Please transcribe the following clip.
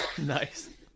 nice